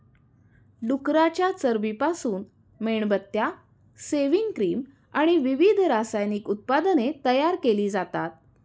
डुकराच्या चरबीपासून मेणबत्त्या, सेव्हिंग क्रीम आणि विविध रासायनिक उत्पादने तयार केली जातात